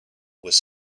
was